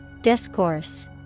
Discourse